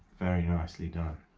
very nicely done.